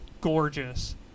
gorgeous